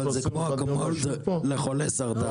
אבל זה כמו אקמול לחולי סרטן.